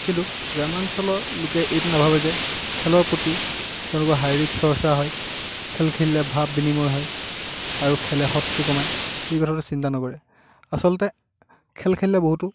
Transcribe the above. কিন্তু গ্ৰাম্য়াঞ্চলৰ লোকে এইটো নাভাবে যে খেলৰ প্ৰতি তেওঁলোকৰ শাৰিৰীক চৰ্চা হয় খেল খেলিলে ভাব বিনিময় হয় আৰু খেলে শত্ৰু কমায় এই কথাটো চিন্তা নকৰে আচলতে খেল খেলিলে বহুতো